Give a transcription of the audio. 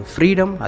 Freedom